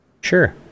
Sure